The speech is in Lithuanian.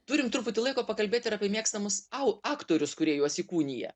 turim truputį laiko pakalbėt ir apie mėgstamus au aktorius kurie juos įkūnija